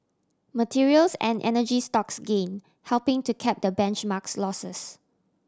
materials and energy stocks gain helping to cap the benchmark's losses